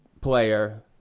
player